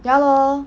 ya lor